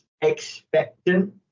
expectant